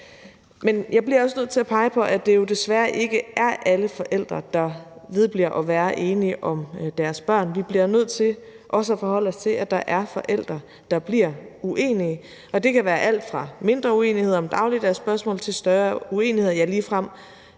Men jeg bliver også nødt til at pege på, at det jo desværre ikke er alle forældre, der vedbliver med at være enige om deres børn. Vi bliver nødt til også at forholde os til, at der er forældre, der bliver uenige, og det kan være alt fra mindre uenigheder om dagligdags spørgsmål til større uenigheder og meget